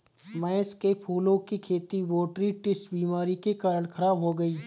महेश के फूलों की खेती बोटरीटिस बीमारी के कारण खराब हो गई